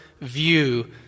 view